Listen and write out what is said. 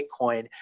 Bitcoin